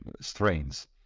strains